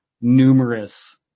numerous